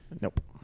Nope